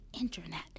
internet